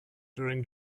during